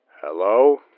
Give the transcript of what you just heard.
Hello